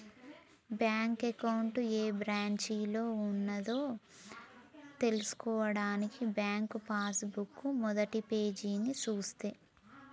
bank account ఏ బ్రాంచిలో ఉన్నదో తెల్సుకోవడానికి బ్యాంకు పాస్ బుక్ మొదటిపేజీని చూస్తే